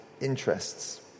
interests